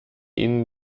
ihnen